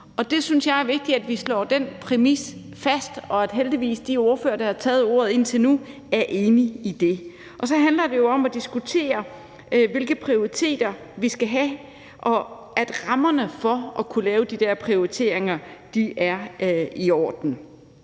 jeg synes, det er vigtigt, at vi slår den præmis fast, og de ordførere, der indtil nu har taget ordet, er heldigvis enige i det. Så handler det jo også om at diskutere, hvilke prioriteter vi skal have, og om, at rammerne for at kunne lave de prioriteringer er i orden.